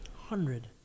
Hundred